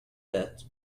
that